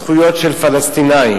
זכויות של פלסטינים.